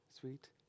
Sweet